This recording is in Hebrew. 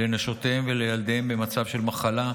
לנשותיהם ולילדיהם במצב של מחלה,